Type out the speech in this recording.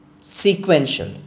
Sequential